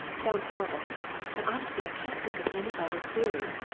sounds horrible but honestly i can't think of any other theory.